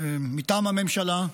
מטעם הממשלה,